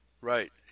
Right